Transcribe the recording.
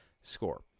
score